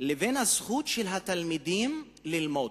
לבין הזכות של התלמידים ללמוד.